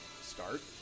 start